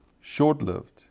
short-lived